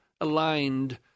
aligned